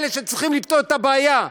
אלה שצריכים לפתור את הבעיה,